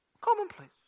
Commonplace